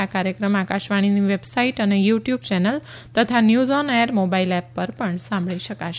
આ કાર્યક્રમ આકાશવાણીની વેબસાઇટ અને યુટ્યુબ ચેનલ તથા News On Air mobile app પર પણ સાંભળી શકાશે